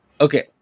okay